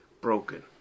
broken